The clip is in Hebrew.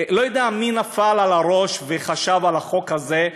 אני לא יודע מי נפל על הראש וחשב על החוק הזה,